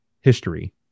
history